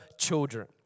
children